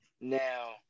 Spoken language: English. Now